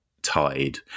tied